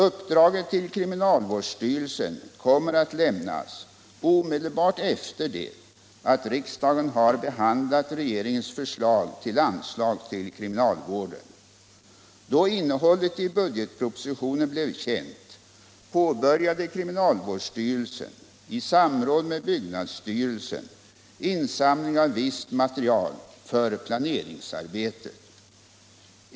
Uppdraget till kriminalvårdsstyrelsen kommer att lämnas omedelbart efter det att riksdagen har behandlat regeringens förslag till anslag till kriminalvården. Då innehållet i budgetpropositionen blev känt påbörjade kriminalvårdsstyrelsen i samråd med byggnadsstyrelsen insamling av visst material för planeringsarbetet.